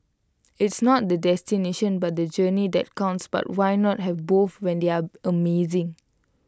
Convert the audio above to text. it's not the destination but the journey that counts but why not have both when they're amazing